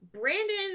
Brandon